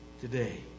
today